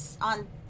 on